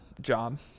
job